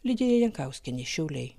lidija jankauskienė šiauliai